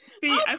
See